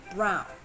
Brown